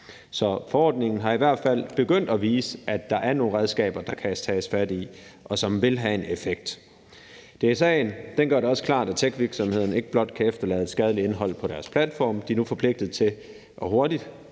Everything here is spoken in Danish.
Så forordningen er i hvert fald begyndt at vise, at der er nogle redskaber, der kan tages fat i, og som vil have en effekt. DSA'en gør det også klart, at techvirksomhederne ikke blot kan efterlade skadeligt indhold på deres platforme. De er nu forpligtet til hurtigt